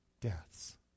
deaths